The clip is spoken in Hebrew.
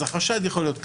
אז החשד יכול להיות כזה,